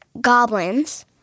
goblins